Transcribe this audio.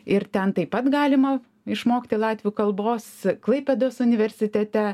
ir ten taip pat galima išmokti latvių kalbos klaipėdos universitete